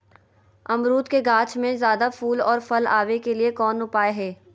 अमरूद के गाछ में ज्यादा फुल और फल आबे के लिए कौन उपाय है?